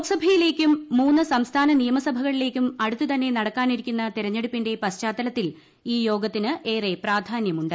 ലോക്സഭയയിലേക്കും മൂന്ന് സംസ്ഥാന നിയമസഭകളിലേക്കും അടുത്തുതന്നെ നടക്കാനിരിക്കുന്ന തെരഞ്ഞെടുപ്പിന്റെ പശ്ചാത്തലത്തിൽ ഈ യോഗത്തിന് ഏറെ പ്രാധാന്യമുണ്ട്